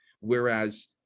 whereas